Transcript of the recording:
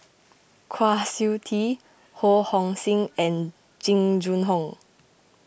Kwa Siew Tee Ho Hong Sing and Jing Jun Hong